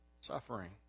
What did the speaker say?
Suffering